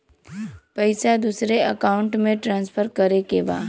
पैसा दूसरे अकाउंट में ट्रांसफर करें के बा?